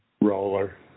roller